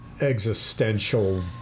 existential